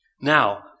Now